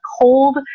cold